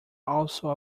also